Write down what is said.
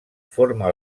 forma